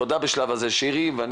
תודה שירי בשלב הזה.